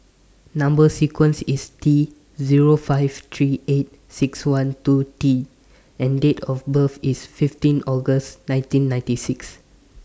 Number sequence IS T Zero five three eight six one two T and Date of birth IS fifteen August nineteen ninety six